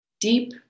deep